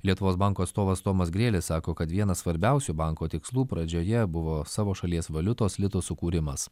lietuvos banko atstovas tomas grėlis sako kad vienas svarbiausių banko tikslų pradžioje buvo savo šalies valiutos lito sukūrimas